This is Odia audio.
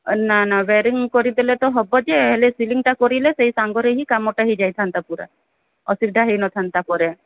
ନା ନା ୱାରିଂ କରିଦେଲେ ତ ହେବ ଯେ ହେଲେ ସିଲିଂଟା କରିଦେଲେ ସେଇ ସାଙ୍ଗରେ ହିଁ କାମଟା ହୋଇଯାଇଥାନ୍ତା ପୁରା ଅସୁବିଧା ହୋଇନଥାନ୍ତା ପରେ